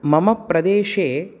मम प्रदेशे